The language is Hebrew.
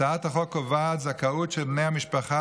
הצעת החוק קובעת זכאות של בני המשפחה